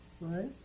right